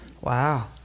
Wow